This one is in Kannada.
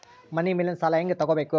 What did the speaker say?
ಮನಿ ಮೇಲಿನ ಸಾಲ ಹ್ಯಾಂಗ್ ತಗೋಬೇಕು?